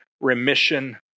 remission